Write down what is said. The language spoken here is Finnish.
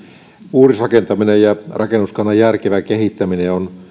uudisrakentaminen ja rakennuskannan järkevä kehittäminen ovat